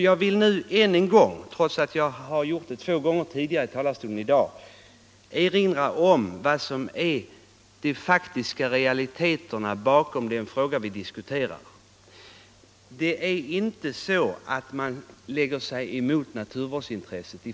Jag vill nu än en gång — trots att jag gjort det två gånger tidigare i debatten i dag — erinra om de faktiska realiteterna bakom den fråga vi nu diskuterar. Det är inte så att centern går emot naturvårdsintressena.